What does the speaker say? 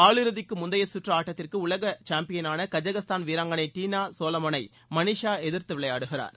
காலிறுதிக்கு முந்தைய சுற்று ஆட்டத்திற்கு உலக சாம்பியனான கஜகஸ்தான் வீராங்கனை டீனா ஸோலோமன் ஐ மணீஷிா எதிர்த்து விளையாடுகிறார்